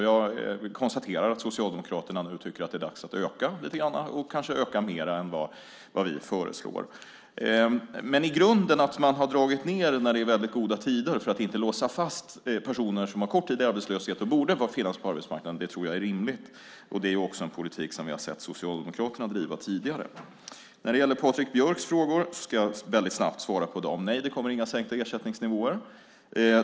Jag konstaterar att Socialdemokraterna nu tycker att det är dags att öka lite, och kanske öka mer än vad vi föreslår. Att man har dragit ned när det är väldigt goda tider för att inte låsa fast personer som har kort tid i arbetslöshet och borde finnas på arbetsmarknaden tror jag är rimligt. Det är också en politik som vi har sett Socialdemokraterna driva tidigare. Jag ska snabbt svara på Patrik Björcks frågor. Nej, det kommer inga ersättningsnivåer.